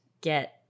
get